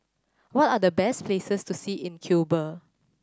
what are the best places to see in Cuba